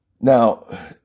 Now